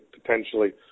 potentially